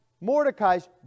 Mordecai's